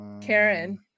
Karen